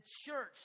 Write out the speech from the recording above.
church